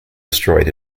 destroyed